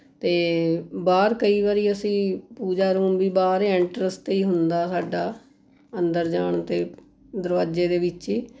ਅਤੇ ਬਾਹਰ ਕਈ ਵਾਰੀ ਅਸੀਂ ਪੂਜਾ ਰੂਮ ਵੀ ਬਾਹਰ ਹੀ ਐਂਟਰੈਂਸ 'ਤੇ ਹੀ ਹੁੰਦਾ ਸਾਡਾ ਅੰਦਰ ਜਾਣ ਅਤੇ ਦਰਵਾਜੇ ਦੇ ਵਿੱਚ ਹੀ